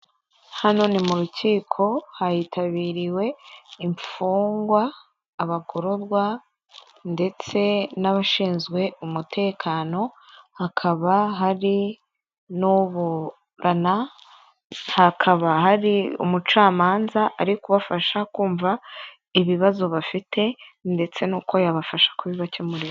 Hano ni mu rukiko hitabiriwe imfungwa, abagororwa, ndetse nabashinzwe umutekano, hakaba hari n'uburana, hakaba hari umucamanza ari kubafasha kumva ibibazo bafite ndetse n'uko yabafasha kubibakemurira.